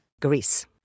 Greece